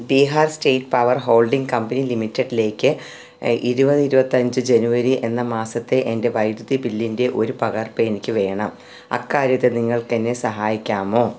Bihar state power holding company ലിമിറ്റഡിലേക്ക് ഇരുപത് ഇരുപത്തഞ്ച് ജനുവരി എന്ന മാസത്തെ എൻ്റെ വൈദ്യുതി ബില്ലിൻ്റെ ഒരു പകർപ്പ് എനിക്ക് വേണം അക്കാര്യത്തിൽ നിങ്ങൾക്ക് എന്നെ സഹായിക്കാമോ